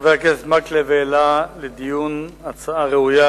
חבר הכנסת מקלב העלה לדיון הצעה ראויה